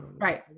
right